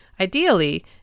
Ideally